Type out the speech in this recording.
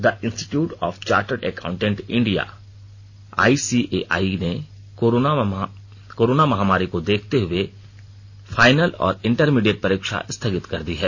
the institute of chartered accountant India ICAI ने corona महामारी को देखते हुए फाइनल और इंटरमीडिएट परीक्षा स्थगित कर दी है